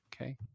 Okay